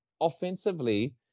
offensively